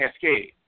cascade